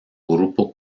grupo